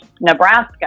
Nebraska